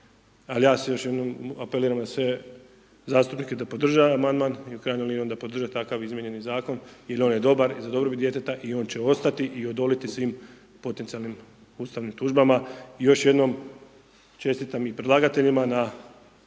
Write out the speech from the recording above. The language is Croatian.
al ja se, još jednom apeliram na sve zastupnike da podrže amandman i u krajnjoj liniji onda podrže takav izmijenjeni Zakon, jer on je dobar i za dobrobit djeteta i on će ostati, i odoliti svim potencijalnim ustavnim tužbama i još jednom čestitam i predlagateljima na,